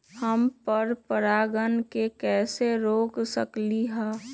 हम पर परागण के कैसे रोक सकली ह?